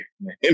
man